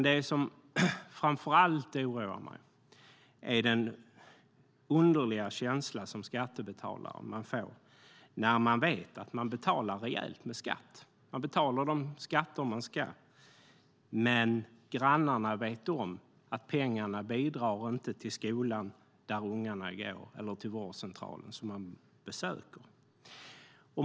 Det som framför allt oroar mig är den underliga känsla man får som skattebetalare när man vet att man betalar rejält med skatt - man betalar de skatter man ska - men att grannarna vet om att pengarna inte bidrar till den skola där ungarna går eller till den vårdcentral som man besöker.